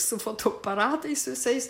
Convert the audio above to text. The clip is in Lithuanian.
su fotoaparatais visais